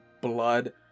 blood